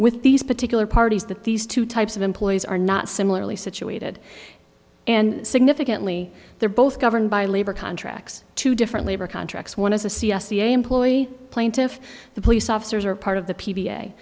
with these particular parties that these two types of employees are not similarly situated and significantly they're both governed by labor contracts two different labor contracts want to see a cia employee plaintiff the police officers are part of the p